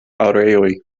areoj